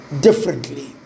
Differently